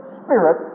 spirit